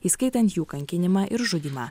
įskaitant jų kankinimą ir žudymą